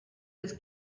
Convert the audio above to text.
was